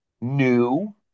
new